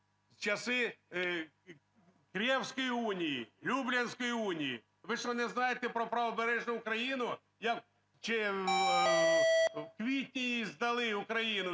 в часи Кревської унії, Люблінською унії. Ви що не знаєте про Правобережну Україну, чи в квітні її здали, Україну